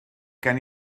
gen